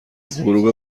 غروب